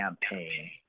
campaign